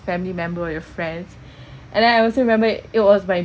family member or your friends and then I also remember it was my